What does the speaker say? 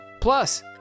plus